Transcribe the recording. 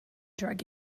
drug